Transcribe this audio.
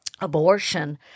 abortion